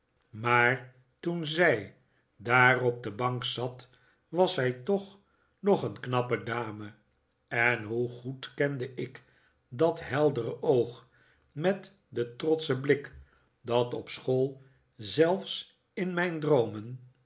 maar toen zij daar op de bank zat was zij toch nog een knappe dame en hoe goed kende ik dat heldere oog met den trotschen blik dat op school zelfs in mijn droomen